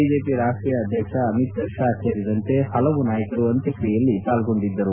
BJP ರಾಷ್ಟೀಯ ಅಧ್ಯಕ್ಷ ಅಮಿತ್ ಷಾ ಸೇರಿದಂತೆ ಪಲವು ನಾಯಕರು ಅಂತ್ಯಕ್ರಿಯೆಯಲ್ಲಿ ಪಾಲ್ಗೊಂಡಿದ್ದರು